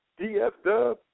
DFW